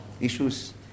issues